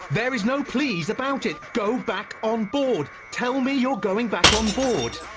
there is no please about it. go back on board! tell me you're going back on board!